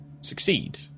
succeed